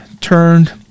turned